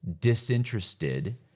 disinterested